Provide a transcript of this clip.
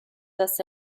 dass